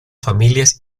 familias